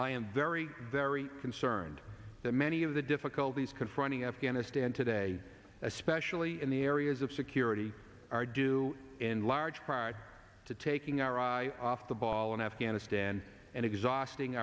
i am very very concerned that many of the difficulties confronting afghanistan today especially in the areas of security are due in large part to taking our eye off the ball in afghanistan and exhausting